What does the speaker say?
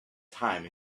time